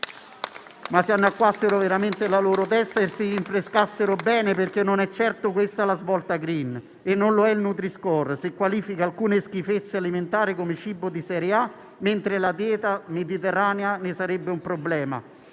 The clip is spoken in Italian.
Ma si annacquassero veramente la testa e si rinfrescassero bene, perché non è certo questa la svolta *green*, così come non lo è il nutri-score, se qualifica alcune schifezze alimentari come cibo di serie A, mentre la dieta mediterranea sarebbe un problema.